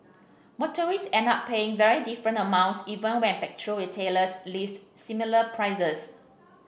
motorists end up paying very different amounts even when petrol retailers list similar prices